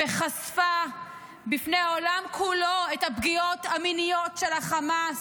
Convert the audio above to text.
וחשפה בפני העולם כולו את הפגיעות המיניות של החמאס,